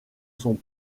son